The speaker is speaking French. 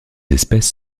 espèces